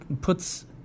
puts